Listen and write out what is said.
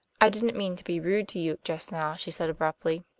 i didn't mean to be rude to you just now, she said abruptly.